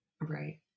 Right